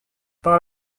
par